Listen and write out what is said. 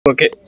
Okay